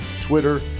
Twitter